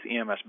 EMS